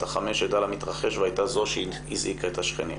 החמש עדה למתרחש והייתה זו שהזעיקה את השכנים.